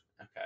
Okay